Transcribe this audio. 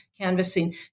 canvassing